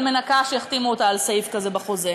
על מנקה שהחתימו אותה על סעיף כזה בחוזה.